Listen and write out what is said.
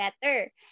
better